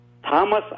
Thomas